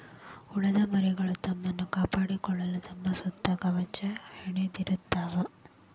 ಹುಳದ ಮರಿಗಳು ತಮ್ಮನ್ನ ಕಾಪಾಡಕೊಳಾಕ ತಮ್ಮ ಸುತ್ತ ಕವಚಾ ಹೆಣದಿರತಾವ